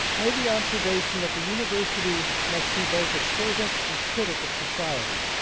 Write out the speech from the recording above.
made the observation that the university must be both a servant, and critic of society,